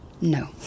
No